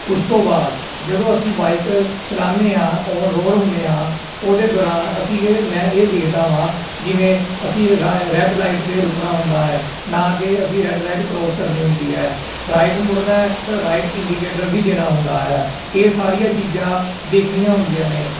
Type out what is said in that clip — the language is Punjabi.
ਉਸ ਤੋਂ ਬਾਅਦ ਜਦੋਂ ਅਸੀਂ ਬਾਈਕ ਚਲਾਨੇ ਹਾਂ ਓਨ ਰੋਡ ਹੁੰਦੇ ਹਾਂ ਉਹਦੇ ਦੌਰਾਨ ਅਸੀਂ ਇਹ ਮੈਂ ਇਹ ਦੇਖਦਾ ਵਾਂ ਜਿਵੇਂ ਅਸੀਂ ਰੈ ਰੈਡ ਲਾਈਟ 'ਤੇ ਰੁਕਣਾ ਹੁੰਦਾ ਹੈ ਨਾ ਕਿ ਅਸੀਂ ਰੈਡ ਲਾਈਟ ਕ੍ਰੋਸ ਕਰਨੀ ਹੁੰਦੀ ਹੈ ਰਾਈਟ ਮੁੜਨਾ ਅਤੇ ਰਾਈਟ ਇੰਡੀਕੇਟਰ ਵੀ ਦੇਣਾ ਹੁੰਦਾ ਹੈ ਇਹ ਸਾਰੀਆਂ ਚੀਜ਼ਾਂ ਦੇਖਣੀਆਂ ਹੁੰਦੀਆਂ ਨੇ